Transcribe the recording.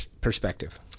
perspective